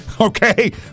okay